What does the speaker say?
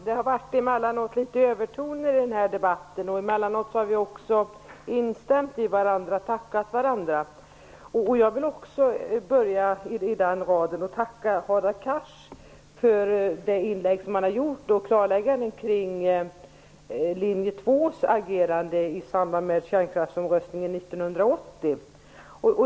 Herr talman! Emellanåt har det varit övertoner i den här debatten. Emellanåt har vi instämt i vad andra har sagt, och vi har tackat varandra. Jag vill börja med att tacka Hadar Cars för det inlägg som han har gjort och för klarläggandet kring agerandet av linje 2 i samband med kärnkraftsomröstningen 1980.